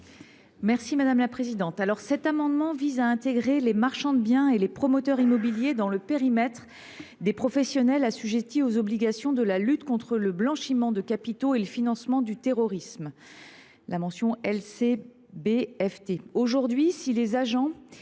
est à Mme Karine Daniel. Cet amendement vise à inclure les marchands de biens et les promoteurs immobiliers dans la liste des professionnels assujettis aux obligations de la lutte contre le blanchiment de capitaux et le financement du terrorisme (LCB FT).